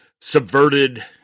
subverted